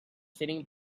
sitting